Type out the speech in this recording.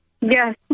Yes